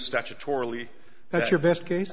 statutorily that's your best case